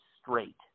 straight